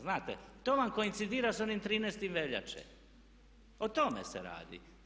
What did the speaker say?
Znate, to vam koincidira s onim 13. veljače, o tome se radi.